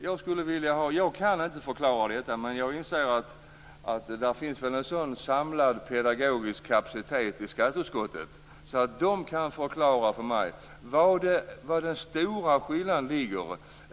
Jag kan inte förklara detta, men jag inser att det nog finns en sådan samlad pedagogisk kapacitet hos skatteutskottets ledamöter att de kan förklara för mig var den stora skillnaden ligger.